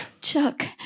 Chuck